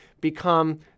become